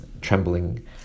trembling